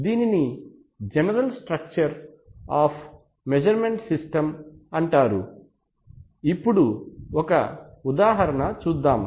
దీనిని general structure of measurement system అంటారు ఇప్పుడు ఒక ఉదాహరణ చూద్దాం